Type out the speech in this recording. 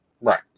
Right